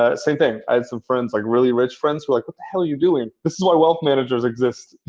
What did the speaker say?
ah same thing, i had some friends, like really rich friends, who are like, what the hell are you doing? this is why wealth managers exist.